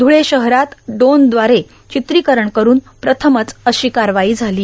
धुळे शहरात ड्रोनद्वारे र्चित्रीकरण करुन प्रथमच अशी कारवाई झालो